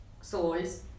souls